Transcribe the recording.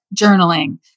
journaling